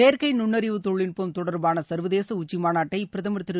செயற்கை நுண்ணறிவு தொழில்நுட்பம் தொடர்பான சர்வதேச உச்சி மாநாட்டை பிரதமர் திரு